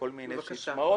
כל מיני סיסמאות.